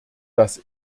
dass